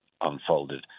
unfolded